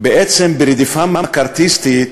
ברדיפה מקארתיסטית,